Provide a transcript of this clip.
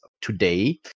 today